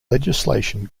legislation